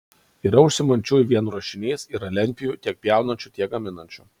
yra užsiimančiųjų vien ruošiniais yra lentpjūvių tiek pjaunančių tiek gaminančių